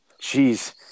Jeez